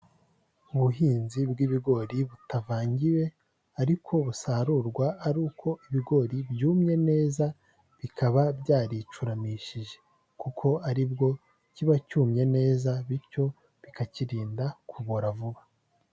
Ubuhinzi bw'ibigori butavangiwe ariko busarurwa ari uko ibigori byumye neza bikaba byaricuramishije kuko ari bwo kiba cyumye neza bityo bikakirinda kubora vuba.